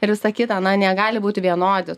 ir visa kita na negali būti vienodi